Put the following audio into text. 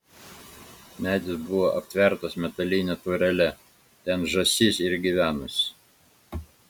medis buvo aptvertas metaline tvorele ten žąsis ir gyvenusi